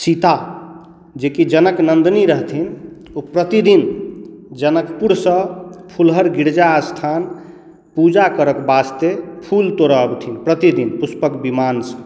सीता जे कि जनक नन्दिनी रहथिन ओ प्रतिदिन जनकपुरसँ फुलहर गिरिजा स्थान पूजा करय के वास्ते फूल तोड़य अबथिन प्रति दिन पुष्पक विमानसँ